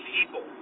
people